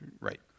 Right